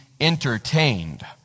entertained